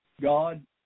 God